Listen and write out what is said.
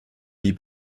wie